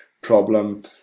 problem